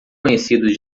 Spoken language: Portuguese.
conhecidos